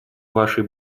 вашей